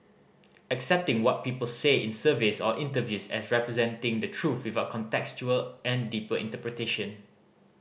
accepting what people say in surveys or interviews as representing the truth without contextual and deeper interpretation